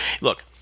Look